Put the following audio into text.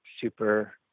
super